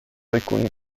alcuni